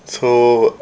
so